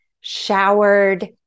showered